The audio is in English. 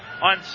On